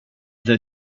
the